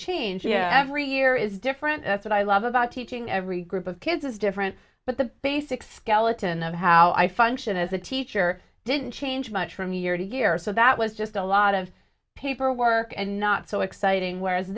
change yeah every year is different that's what i love about teaching every group of kids is different but the basic skeleton of how i function as a teacher didn't change much from year to year so that was just a lot of paperwork and not so exciting where